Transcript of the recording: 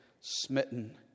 smitten